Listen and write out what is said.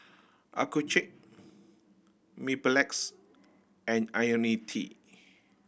Accucheck Mepilex and Ionil T